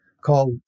called